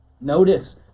Notice